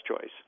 choice